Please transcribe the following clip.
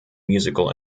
musical